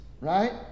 right